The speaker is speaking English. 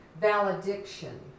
valediction